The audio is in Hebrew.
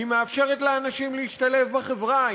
היא מאפשרת לאנשים להשתלב בחברה,